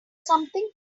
something